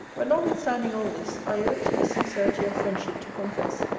but notwithstanding all this, i owe it to the sincerity of friendship to confess,